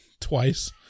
twice